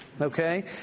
Okay